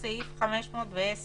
סעיף 510